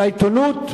של העיתונות?